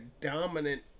dominant